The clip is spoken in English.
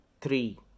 three